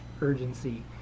urgency